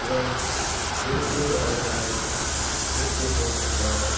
र मेरो पहिलो अर्डरलाई मेट्नुहोस् र